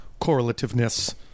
correlativeness